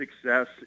success